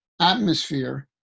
atmosphere